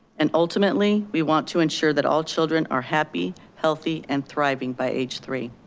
and ultimately, we want to ensure that all children are happy, healthy and thriving by age three.